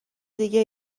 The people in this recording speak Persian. دیگه